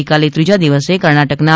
ગઇકાલે ત્રીજા દિવસે કર્ણાટકના આર